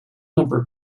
number